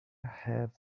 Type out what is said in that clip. have